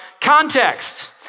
context